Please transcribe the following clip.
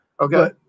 Okay